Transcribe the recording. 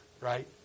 Right